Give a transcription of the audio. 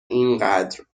اینقدر